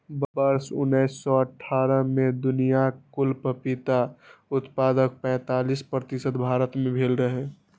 वर्ष उन्नैस सय अट्ठारह मे दुनियाक कुल पपीता उत्पादनक पैंतालीस प्रतिशत भारत मे भेल रहै